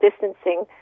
distancing